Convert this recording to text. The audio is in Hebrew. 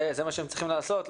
זה מה שהם צריכים לעשות,